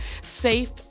Safe